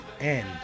end